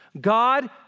God